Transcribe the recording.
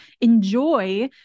enjoy